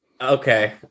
Okay